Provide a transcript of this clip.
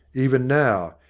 even now,